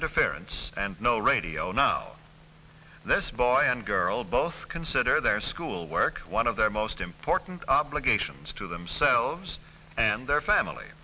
interference and no radio now this boy and girl both consider their schoolwork one of their most important obligations to themselves and their family